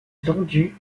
vendu